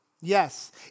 Yes